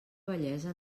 bellesa